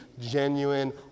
genuine